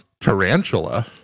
Tarantula